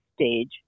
stage